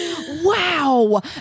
wow